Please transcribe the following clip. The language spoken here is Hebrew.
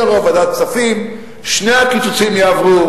יהיה רוב בוועדת כספים, שני הקיצוצים יעברו.